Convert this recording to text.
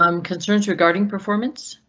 um concerns regarding performance.